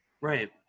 Right